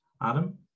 adam